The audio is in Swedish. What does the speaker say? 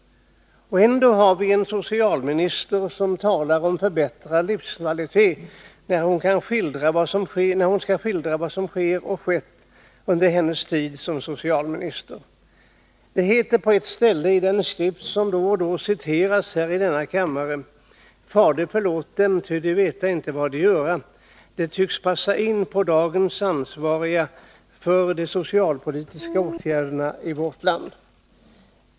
Ändå har vi en socialminister som talar om förbättrad livskvalitet, när hon skall skildra vad som sker och skett under hennes tid som socialminister. Det heter på ett ställe i den skrift som då och då citeras i denna kammare: Fader förlåt dem, ty de veta icke vad de göra. Detta tycks passa in på dem som i dag är ansvariga för de socialpolitiska åtgärderna i vårt land.